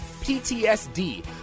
PTSD